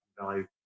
value